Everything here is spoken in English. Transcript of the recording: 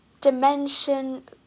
dimension